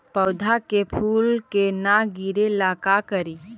पौधा के फुल के न गिरे ला का करि?